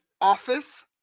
office